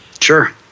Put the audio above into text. Sure